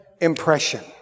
impression